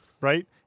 Right